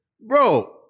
Bro